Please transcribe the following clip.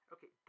Okay